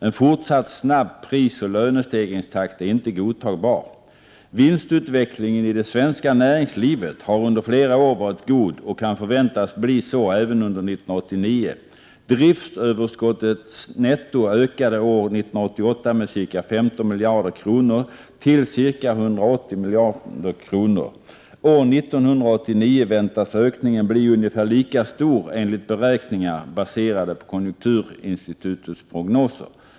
En fortsatt snabb prisoch lönestegringstakt är inte godtagbar. Vinstutvecklingen i det svenska näringslivet har under flera år varit god och kan förväntas bli så även under år 1989. Driftsöverskottet netto ökade år 1988 med ca 15 miljarder kronor till ca 180 miljarder kronor. År 1989 väntas ökningen bli ungefär lika stor enligt beräkningar baserade på konjunkturinstitutets prognoser.